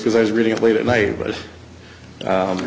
because i was reading it late at night but